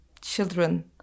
children